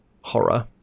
horror